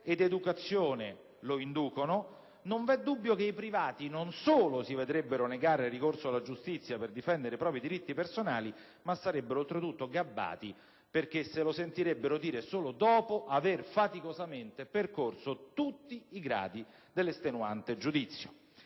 ed educazione lo inducono, non v'è dubbio che i privati non solo si vedrebbero negare il ricorso alla giustizia per difendere i propri diritti personali, ma sarebbero oltretutto gabbati, perché se lo sentirebbero dire solo dopo aver faticosamente percorso tutti i gradi dell'estenuante giudizio.